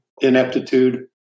ineptitude